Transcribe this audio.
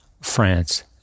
France